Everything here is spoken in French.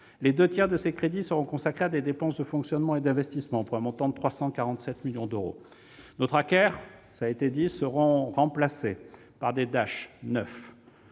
Les deux tiers de ces crédits seront consacrés à des dépenses de fonctionnement et d'investissement pour un montant de 347 millions d'euros. Les Trackers seront remplacés par des Dash neufs,